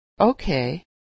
Okay